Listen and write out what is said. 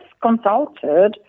consulted